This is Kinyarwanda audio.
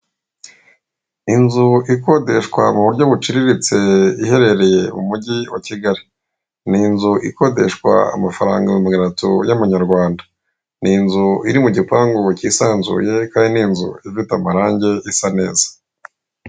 Inzu ikodeshwa mu buryo buciriritse iherereye mu mujyi wa Kigali, n'inzu ikodeshwa amafaranga ibihumbi magana atatu y'amanyarwanda, n'inzu iri mu gipangu kisanzuye kandi n'inzu ifite amarange isa neza.